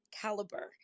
caliber